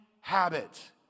habit